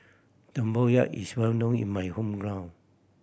tempoyak is well known in my hometown